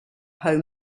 home